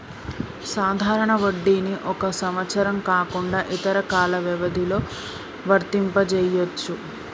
సాధారణ వడ్డీని ఒక సంవత్సరం కాకుండా ఇతర కాల వ్యవధిలో వర్తింపజెయ్యొచ్చు